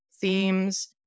themes